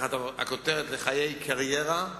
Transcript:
תחת הכותרת "לחיי קריירה",